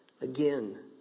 again